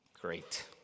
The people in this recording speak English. Great